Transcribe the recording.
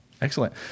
Excellent